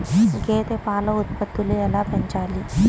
గేదె పాల ఉత్పత్తులు ఎలా పెంచాలి?